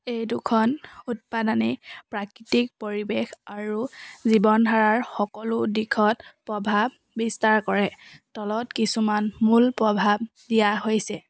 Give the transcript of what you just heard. এই দুখন উৎপাদনেই প্ৰাকৃতিক পৰিৱেশ আৰু জীৱনধাৰাৰ সকলো দিশত প্ৰভাৱ বিস্তাৰ কৰে তলত কিছুমান মূল প্ৰভাৱ দিয়া হৈছে